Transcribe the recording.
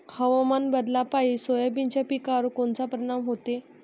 हवामान बदलापायी सोयाबीनच्या पिकावर कोनचा परिणाम होते?